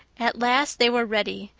at last they were ready,